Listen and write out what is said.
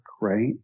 right